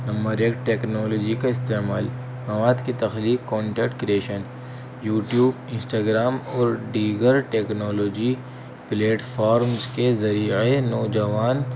number ایک technology کا استعمال مواد کی تخلیق کانٹینٹ کریشن یوٹیوب انسٹاگرام اور دیگر ٹیکنالوجی پلیٹفارمز کے ذریعے نوجوان